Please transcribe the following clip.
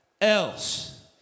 else